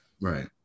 Right